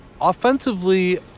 offensively